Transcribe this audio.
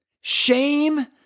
Shame